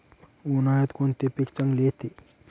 उन्हाळ्यात कोणते पीक चांगले येते?